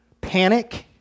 panic